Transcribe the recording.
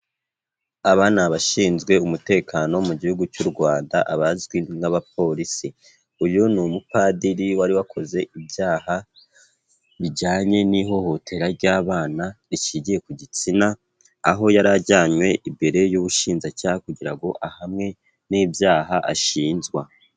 Aba ni abashinzwe umutekano mu Gihugu cy'u Rwanda abazwi nk'abapolisi, uyu ni umupadiri wari wakoze ibyaha, bijyanye n'ihohotera ry'abana rishingiye ku gitsina, aho yari ajyanywe imbere y'ubushinjacyaha kugira ngo ahamwe n'ibyaha ashinjwa.